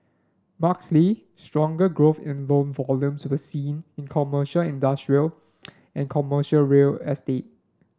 markedly stronger growth in loan volumes was seen in commercial industrial and commercial real estate